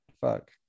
Fuck